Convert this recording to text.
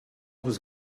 was